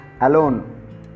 alone